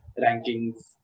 rankings